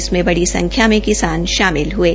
इसमे बड़ी संख्या में किसान शामिल हये